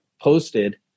posted